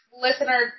listener